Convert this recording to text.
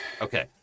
okay